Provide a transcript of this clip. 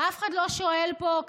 שינוי ואנחנו רואים אותו כל הזמן,